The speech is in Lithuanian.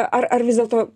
ar ar vis dėlto